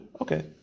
Okay